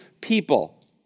people